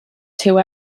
two